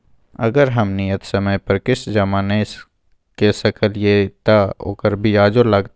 अगर हम नियत समय पर किस्त जमा नय के सकलिए त ओकर ब्याजो लगतै?